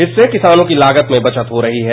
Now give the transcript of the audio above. इससे किसानों की लागत में बचत हो रही है